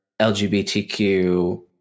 LGBTQ